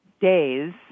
days